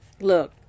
Look